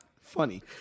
Funny